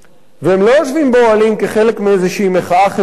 והם לא יושבים באוהלים כחלק מאיזו מחאה חברתית